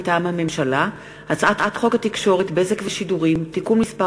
מטעם הממשלה: הצעת חוק התקשורת (בזק ושידורים) (תיקון מס'